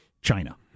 China